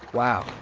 wow,